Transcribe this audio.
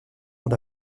dans